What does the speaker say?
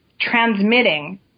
transmitting